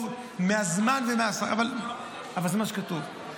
מהזמן --- זה לא מה --- אבל זה מה שכתוב.